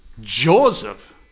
Joseph